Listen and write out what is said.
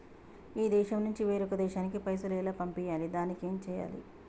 ఈ దేశం నుంచి వేరొక దేశానికి పైసలు ఎలా పంపియ్యాలి? దానికి ఏం చేయాలి?